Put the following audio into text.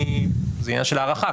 זה עניין של הערכה,